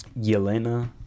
Yelena